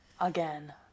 again